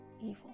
evil